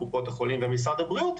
קופות החולים ומשרד הבריאות,